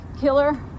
Killer